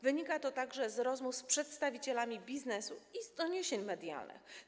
Wynika to także z rozmów z przedstawicielami biznesu i z doniesień medialnych.